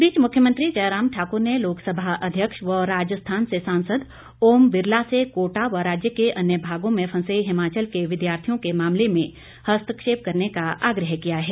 इस बीच मुख्यमंत्री जयराम ठाकुर ने लोकसभा अध्यक्ष व राजस्थान से सांसद ओम बिरला से कोटा व राज्य के अन्य भागों में फंसे हिमाचल के विद्यार्थियों के मामले में हस्तक्षेप करने का आग्रह किया है